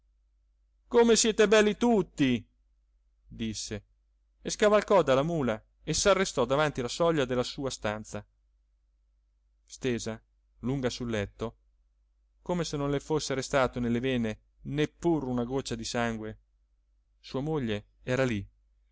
come siete belli tutti disse e scavalcò dalla mula e s'arrestò davanti la soglia della sua stanza stesa lunga sul letto come se non le fosse restato nelle vene neppure una goccia di sangue sua moglie era lì